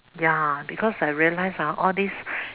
ya because I realized ah all this